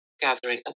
gathering